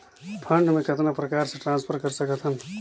Fund मे कतना प्रकार से ट्रांसफर कर सकत हन?